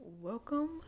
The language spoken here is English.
welcome